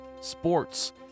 sports